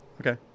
Okay